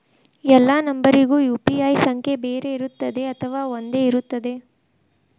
ಎಲ್ಲಾ ನಂಬರಿಗೂ ಯು.ಪಿ.ಐ ಸಂಖ್ಯೆ ಬೇರೆ ಇರುತ್ತದೆ ಅಥವಾ ಒಂದೇ ಇರುತ್ತದೆ?